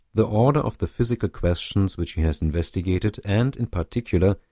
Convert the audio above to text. the order of the physical questions which he has investigated, and, in particular,